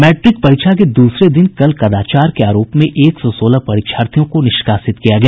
matric परीक्षा के दूसरे दिन कल कदाचार के आरोप में एक सौ सोलह परीक्षार्थियों को निष्कासित किया गया